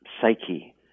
psyche